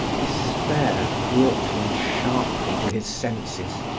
despair brought him sharply to his senses.